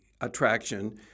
attraction